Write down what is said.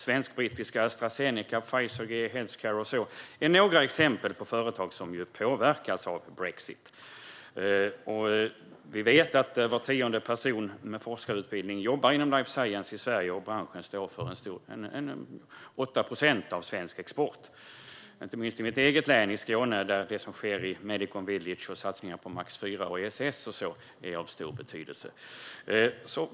Svensk-brittiska Astra Zeneca, Pfizer och GE Healthcare är några exempel på företag som påverkas av brexit. Vi vet att var tionde person med forskarutbildning jobbar inom life science i Sverige, och branschen står för ca 8 procent av svensk export. Inte minst i mitt eget län Skåne är det som sker i Medicon Village och satsningarna på MAX IV och ESS av stor betydelse.